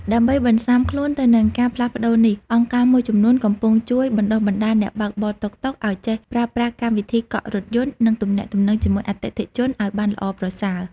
ដើម្បីបន្សាំខ្លួនទៅនឹងការផ្លាស់ប្ដូរនេះ អង្គការមួយចំនួនកំពុងជួយ បណ្ដុះបណ្ដាល អ្នកបើកបរតុកតុកឱ្យចេះប្រើប្រាស់កម្មវិធីកក់រថយន្ត និងទំនាក់ទំនងជាមួយអតិថិជនឱ្យបានល្អប្រសើរ។